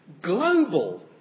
global